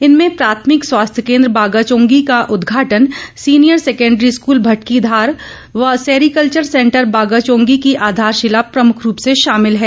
इनमें प्राथमिक स्वास्थ्य केंद्र बागाचोंगी का उदघाटन सीनीयर सकैंडरी स्कूल भटकीघार वे सैरीकल्वर सैंटर बागाचौंगी की आधारशिला प्रमुख रूप से शामिल है